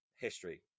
history